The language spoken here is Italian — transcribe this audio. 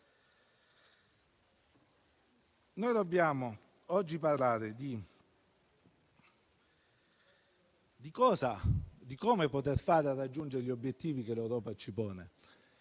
Oggi dobbiamo parlare di come fare a raggiungere gli obiettivi che l'Europa ci pone